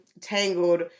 Tangled